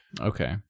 Okay